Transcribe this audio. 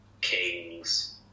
Kings